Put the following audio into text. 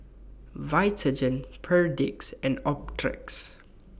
Vitagen Perdix and Optrex